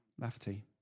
Lafferty